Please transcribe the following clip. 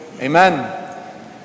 Amen